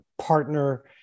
partner